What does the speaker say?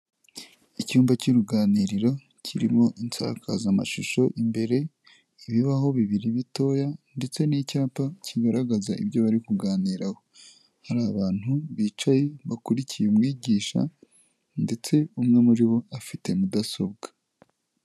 Icyumba cy'uruganiriro kirimo insakazamashusho imbere, ibibaho bibiri bitoya ndetse n'icyapa kigaragaza ibyo bari kuganiraho. Hari abantu bicaye, bakurikiye umwigisha ndetse umwe muri bo afite mudasobwa.